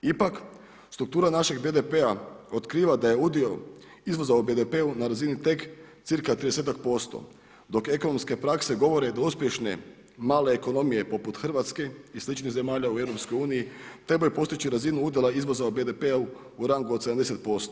Ipak, struktura našeg BDP-a otkiva da je udio izvoza u BDP-u na razini tek 30-ak posto dok ekonomske prakse govore do uspješne male ekonomije poput Hrvatske i sličnih zemalja u EU-u trebaju postići razinu udjela izvoza u BDP-u u rangu od 70%